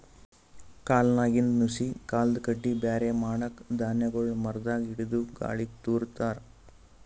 ಕಾಳ್ನಾಗಿಂದ್ ನುಸಿ ಕಲ್ಲ್ ಕಡ್ಡಿ ಬ್ಯಾರೆ ಮಾಡಕ್ಕ್ ಧಾನ್ಯಗೊಳ್ ಮರದಾಗ್ ಹಿಡದು ಗಾಳಿಗ್ ತೂರ ತಾರ್